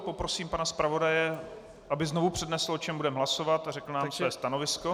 Poprosím pana zpravodaje, aby znovu přednesl, o čem budeme hlasovat, a řekl nám své stanovisko.